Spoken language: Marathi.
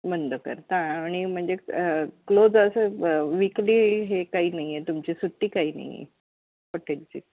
बंद करता आणि म्हणजे क्लोज असं विकली हे काही नाही आहे तुमची सुट्टी काही नाही आहे हॉटेलची